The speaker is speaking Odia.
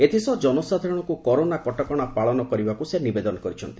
ଏହା ସହ ଜନସାଧାରଣଙ୍କୁ କରୋନା କଟକଣା ପାଳନ କରିବାକୁ ନିବେଦନ କରିଛନ୍ତି